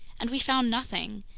and we found nothing!